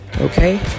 okay